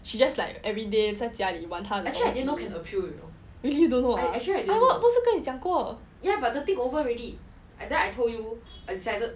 she just like everyday 在家里玩他的 really don't know ah 不是跟你讲过